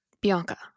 Bianca